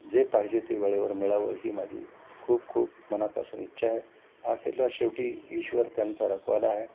जे पाहिजे ते वेळेवर मिळावं ही माझी खूप खूप मनापासून इच्छा आहे आखेरला शेवटी ईश्वर त्यांचा रखवाला आहे